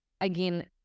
again